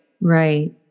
Right